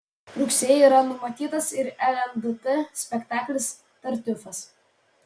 rugsėjį yra numatytas ir lndt spektaklis tartiufas